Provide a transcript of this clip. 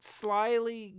slyly